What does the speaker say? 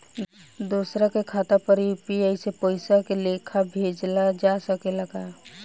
दोसरा के खाता पर में यू.पी.आई से पइसा के लेखाँ भेजल जा सके ला?